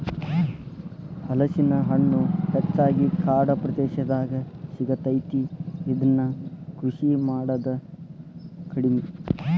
ಹಲಸಿನ ಹಣ್ಣು ಹೆಚ್ಚಾಗಿ ಕಾಡ ಪ್ರದೇಶದಾಗ ಸಿಗತೈತಿ, ಇದ್ನಾ ಕೃಷಿ ಮಾಡುದ ಕಡಿಮಿ